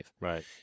Right